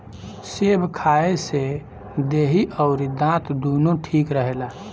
सेब खाए से देहि अउरी दांत दूनो ठीक रहेला